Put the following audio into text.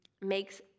Makes